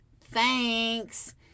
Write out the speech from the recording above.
thanks